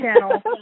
channel